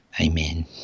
Amen